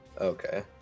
okay